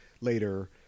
later